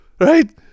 right